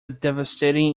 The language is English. devastating